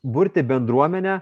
burti bendruomenę